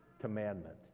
commandment